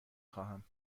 خواهم